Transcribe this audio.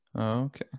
Okay